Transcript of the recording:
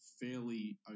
fairly